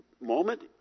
moment